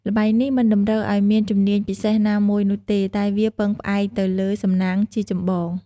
ល្បែងនេះមិនតម្រូវឱ្យមានជំនាញពិសេសណាមួយនោះទេតែវាពឹងផ្អែកទៅលើសំណាងជាចម្បង។